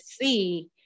see